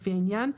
לפי העניין,